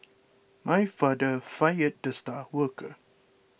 my father fired the star worker